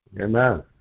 Amen